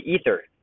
ether